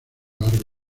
largo